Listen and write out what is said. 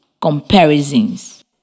comparisons